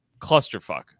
clusterfuck